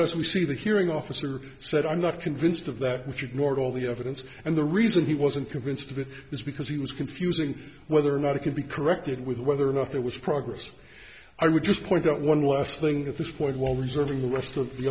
as we see the hearing officer said i'm not convinced of that which ignores all the evidence and the reason he wasn't convinced of it is because he was confusing whether or not it could be corrected with whether or not there was progress i would just point out one last thing at this point while reserving the rest of the